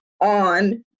on